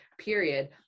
period